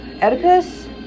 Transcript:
Oedipus